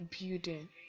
building